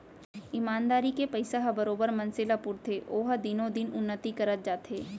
ईमानदारी के पइसा ह बरोबर मनसे ल पुरथे ओहा दिनो दिन उन्नति करत जाथे